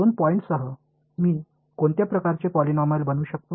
दोन पॉईंट्ससह मी कोणत्या प्रकारचे पॉलिनॉमियल बसू शकतो